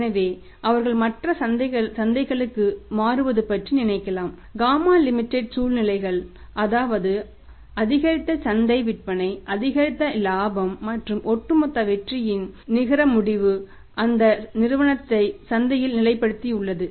எனவே அவர்கள் மற்ற சந்தைகளுக்கு மாறுவது பற்றி நினைக்கலாம் காமா லிமிடெட் சூழ்நிலைகள் அதாவது அதிகரித்த சந்தை விற்பனை அதிகரித்த இலாபம் மற்றும் ஒட்டுமொத்த வெற்றியின் ஒட்டுமொத்த நிகர முடிவு அந்த நிறுவனத்தை சந்தையில் நிலைப்படுத்தி உள்ளது